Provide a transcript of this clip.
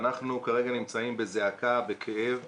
ואנחנו כרגע נמצאים בזעקה, בכאב.